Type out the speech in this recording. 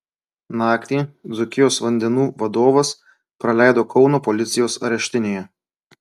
naktį dzūkijos vandenų vadovas praleido kauno policijos areštinėje